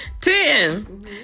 Ten